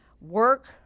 work